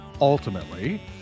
Ultimately